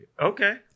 Okay